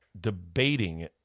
debating